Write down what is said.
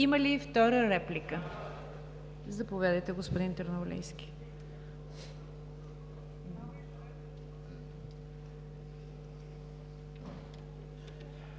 Има ли втора реплика? Заповядайте, господин Търновалийски.